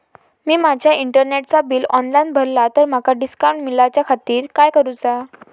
मी माजा इंटरनेटचा bill online भरला तर माका डिस्काउंट मिलाच्या खातीर काय करुचा?